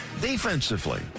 defensively